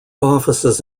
offices